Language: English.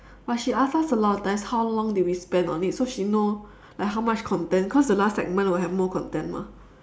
but she ask us a lot time how long did we spend on it so she know like how much content cause the last segment will have more content mah